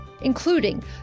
including